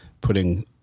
putting